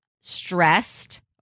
stressed